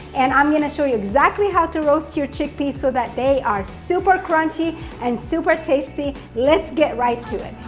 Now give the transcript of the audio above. and i'm gonna show you exactly how to roast your chickpeas so that they are super crunchy and super tasty. let's get right to it.